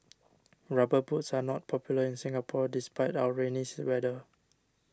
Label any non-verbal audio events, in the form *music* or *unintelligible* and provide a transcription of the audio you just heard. rubber boots are not popular in Singapore despite our rainy *unintelligible* weather